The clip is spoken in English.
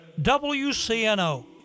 WCNO